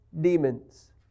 demons